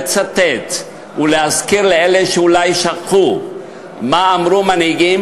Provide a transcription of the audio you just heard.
לצטט ולהזכיר לאלה שאולי שכחו מה אמרו מנהיגים,